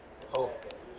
oh